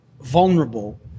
vulnerable